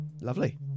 Lovely